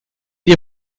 ihr